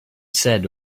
said